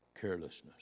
carelessness